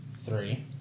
three